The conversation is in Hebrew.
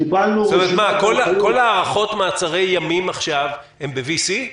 כל הארכות מעצרי ימים עכשיו הן ב-וי-סי?